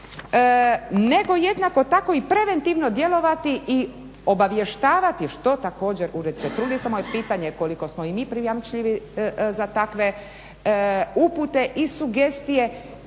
nego jednako tako i preventivno djelovati i obavještavati što također ured se trudi samo je pitanje koliko smo i mi prijamčljiviji za takve upute i sugestije,